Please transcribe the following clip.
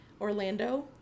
orlando